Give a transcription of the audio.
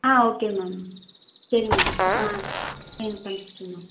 ஆ okay ma'am சரிங்க ma'am ஆ சரி தேங்க் யூ மேம்